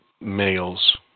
males